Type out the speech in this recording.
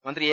മന്ത്രി എ